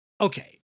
Okay